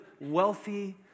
wealthy